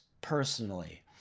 personally